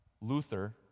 Luther